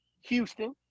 Houston